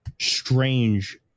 strange